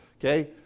Okay